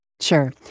Sure